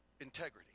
integrity